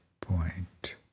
point